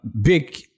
Big